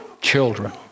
children